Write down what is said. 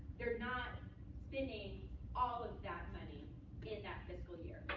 they're not spending all of that money in that fiscal year.